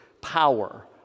power